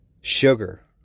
Sugar